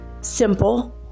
simple